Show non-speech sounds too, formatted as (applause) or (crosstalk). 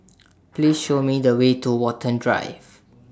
(noise) Please Show Me The Way to Watten Drive